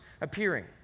appearing